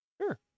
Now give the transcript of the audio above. Sure